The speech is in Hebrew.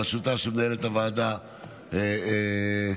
בראשות עו"ד תומר רוזנר וגלעד,